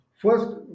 first